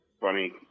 funny